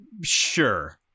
sure